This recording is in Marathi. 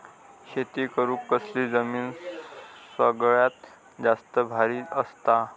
शेती करुक कसली जमीन सगळ्यात जास्त बरी असता?